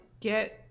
get